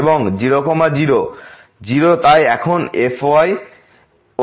এবং 0 0 0 তাই এখন এই fyy হবে